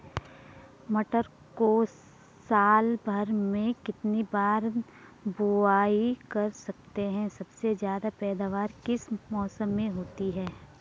मटर को साल भर में कितनी बार बुआई कर सकते हैं सबसे ज़्यादा पैदावार किस मौसम में होती है?